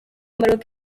maroc